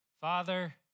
Father